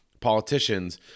politicians